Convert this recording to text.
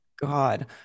God